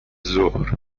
ظهر